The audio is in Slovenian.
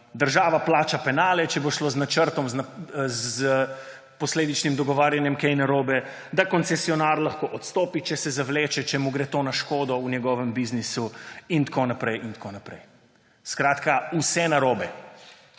država plača penale, če bo šlo z načrtom, s posledičnim dogovarjanjem kaj narobe, da koncesionar lahko odstopi, če se zavleče, če mu gre to na škodo v njegovem biznisu, in tako naprej in tako naprej. Skratka, vse narobe.